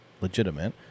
legitimate